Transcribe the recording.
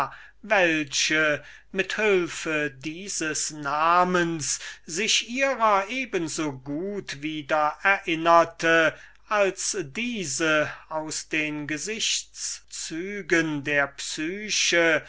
welche mit hülfe dieses namens ihrer geliebten amme sich wieder eben so gut zu erinnern glaubte als diese aus den gesichts zügen der psyche